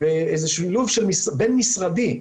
בשילוב בין-משרדי.